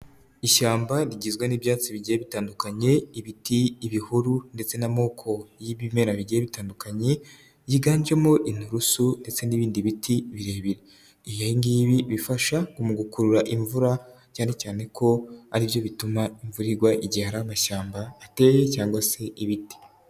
Ishyamba rigizwe n'ibyatsi bigiye bitandukanye, ibiti, ibihuru ndetse n'amoko y'ibimera bigera bitandukanye; yiganjemo inturusu ndetse n'ibindi biti birebire. Ibi ngibi bifasha mu gukurura imvura cyane cyane ko ari byo bituma imvura igwa igihe hari amashyamba ateye cyangwa se ibiti.